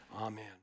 Amen